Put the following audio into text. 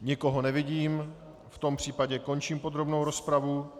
Nikoho nevidím, v tom případě končím podrobnou rozpravu.